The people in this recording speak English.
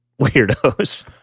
weirdos